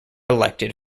elected